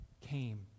came